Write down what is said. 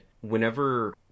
whenever